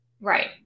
right